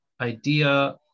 idea